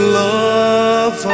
love